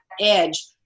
edge